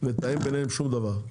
לתאם ביניהם שום דבר.